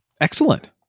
Excellent